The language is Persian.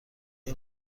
های